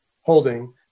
Holding